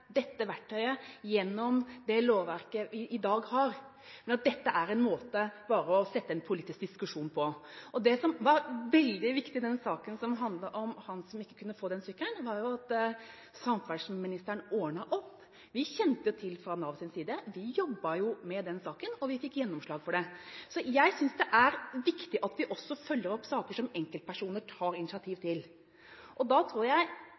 dette verktøyet gjennom det lovverket vi i dag har, men at dette bare er en måte å sette i gang en politisk diskusjon på. Det som var veldig viktig i den saken som handlet om ham som ikke kunne få sykkelen, var jo at samferdselsministeren ordnet opp. Nav kjente til det, vi jobbet med saken, og vi fikk gjennomslag. Så jeg synes det er viktig at vi også følger opp saker som enkeltpersoner tar initiativ til. Representanten skal merke seg at jeg